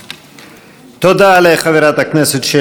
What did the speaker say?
אני מתכבד להזמין את חבר הכנסת יאיר לפיד.